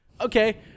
Okay